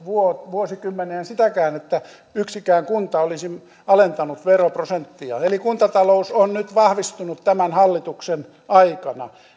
vuosikymmeneen sitäkään että yksikään kunta olisi alentanut veroprosenttiaan eli kuntatalous on nyt vahvistunut tämän hallituksen aikana